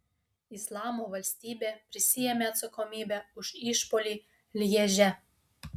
islamo valstybė prisiėmė atsakomybę už išpuolį lježe